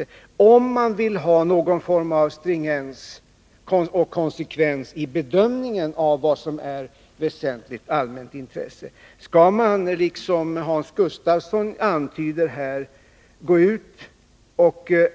Det gäller i varje fall om man vill ha någon form av stringens och konsekvens i bedömningen av vad som är väsentligt allmänt intresse. Skall man, som Hans Gustafsson antyder här,